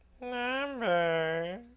number